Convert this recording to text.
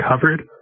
covered